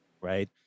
right